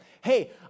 hey